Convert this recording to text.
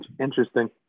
Interesting